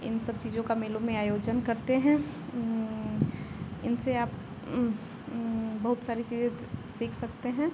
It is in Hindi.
इन सब चीज़ों का मेलों में आयोजन करते हैं इनसे आप बहुत सारी चीज़ें सीख सकते हैं